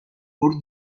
pur